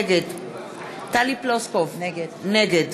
נגד טלי פלוסקוב, נגד